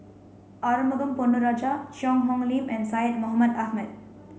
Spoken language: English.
Arumugam Ponnu Rajah Cheang Hong Lim and Syed Mohamed Ahmed